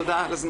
תודה.